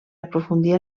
aprofundir